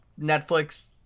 Netflix